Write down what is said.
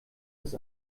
das